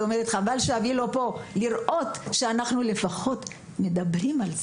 ואומרת: חבל שאבי לא פה כדי לראות שאנחנו לפחות מדברים על זה.